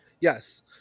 Yes